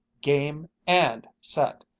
game and set!